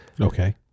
Okay